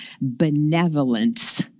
benevolence